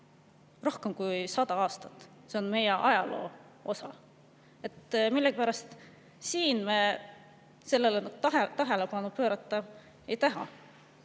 rohkem kui 100 aastat, see on meie ajaloo osa. Millegipärast me sellele tähelepanu pöörata ei taha.